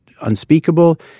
unspeakable